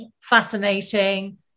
fascinating